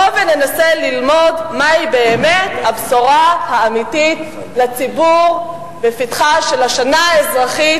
בוא וננסה ללמוד מהי באמת הבשורה האמיתית לציבור בפתחה של השנה האזרחית